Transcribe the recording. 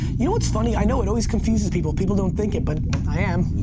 you know it's funny, i know it always confuses people. people don't think it, but i am.